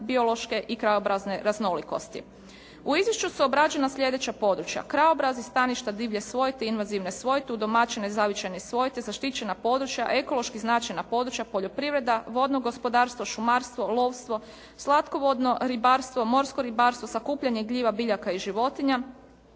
biološke i krajobrazne raznolikosti. U izvješću su obrađena sljedeća područja: krajobrazi, staništa divlje svojte, invazivne svojte, udomaćene zavičajne svojte, zaštićena područja, ekološki značajna područja, poljoprivreda, vodno gospodarstvo, šumarstvo, lovstvo, slatkovodno ribarstvo, morsko ribarstvo, sakupljanje gljiva, biljaka i životinja,